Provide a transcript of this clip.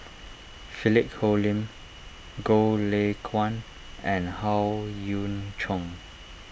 Philip Hoalim Goh Lay Kuan and Howe Yoon Chong